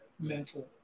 mental